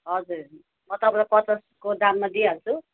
हजुर म तपाईँलाई पचासको दाममा दिइहाल्छु